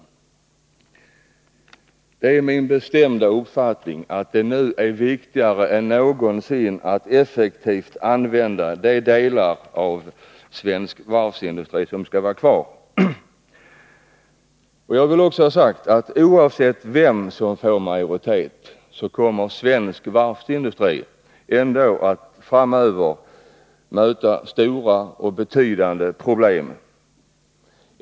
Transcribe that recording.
Det är min bestämda uppfattning att det nu är viktigare än någonsin att effektivt använda de delar av svensk varvsindustri som skall vara kvar. Jag vill också ha sagt att, oavsett vilket förslag som får majoritet, kommer svensk varvsindustri att framöver möta stora och betydande problem.